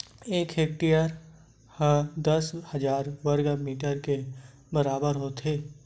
एक हेक्टेअर हा दस हजार वर्ग मीटर के बराबर होथे